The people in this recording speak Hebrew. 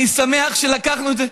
אני שמח שלקחנו את זה,